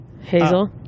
Hazel